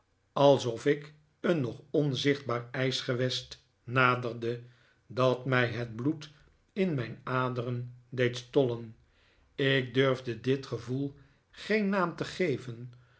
alsof ik een nog onzichtbaar ijs gewest naderde dat mij het bloed in mijn aderen deed stollen ik durfde dit gevoel geen naam geven